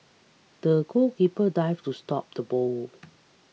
the goalkeeper dived to stop the ball